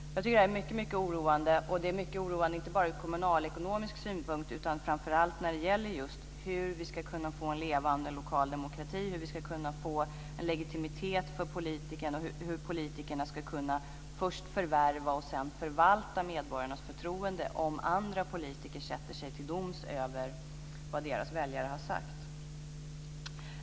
Det här är mycket oroande, inte bara ur kommunalekonomisk synpunkt utan framför allt när det gäller just hur vi ska få en levande lokal demokrati och få en legitimitet för politikerna och hur politikerna ska kunna först förvärva och sedan förvalta medborgarnas förtroende om andra politiker sätter sig till doms över vad deras väljare har sagt.